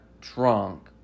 drunk